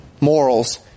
morals